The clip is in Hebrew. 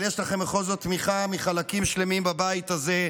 אבל יש לכם בכל זאת תמיכה מחלקים שלמים בבית הזה.